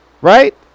right